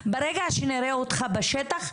ברגע שנראה אותך בשטח,